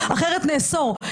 אחרת נאסור,